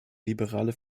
liberale